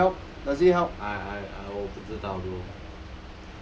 uh no I I uh 我不知道 bro